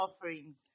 offerings